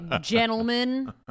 gentlemen